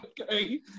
okay